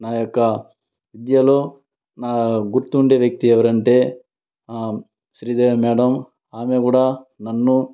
నా యొక్క విద్యలో నా గుర్తుండే వ్యక్తి ఎవరంటే శ్రీదేవి మ్యాడం ఆమె కూడ నన్ను